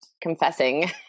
confessing